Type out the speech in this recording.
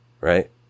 Right